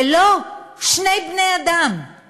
ולא "שני בני-אדם";